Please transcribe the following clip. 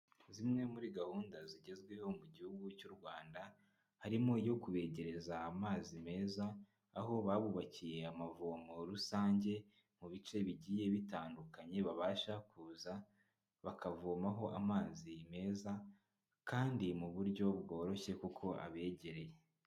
Zimwe muri gahunda zigezweho mu gihugu cy'u Rwanda, harimo iyo kubegereza amazi meza, aho babubakiye amavomo rusange mu bice bigiye bitandukanye babasha kuza bakavomaho amazi meza, kandi mu buryo bworoshye kuko abegereye.